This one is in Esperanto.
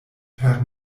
per